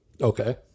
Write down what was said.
Okay